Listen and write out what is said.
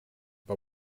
but